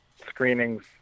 screenings